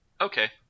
Okay